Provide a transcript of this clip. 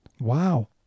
Wow